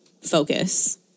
focus